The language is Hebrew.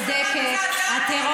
לא רוצה להאמין לך,